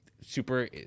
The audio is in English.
super